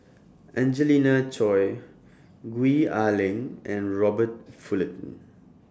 Angelina Choy Gwee Ah Leng and Robert Fullerton